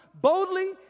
boldly